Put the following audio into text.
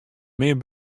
min